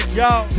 yo